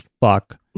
fuck